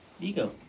Ego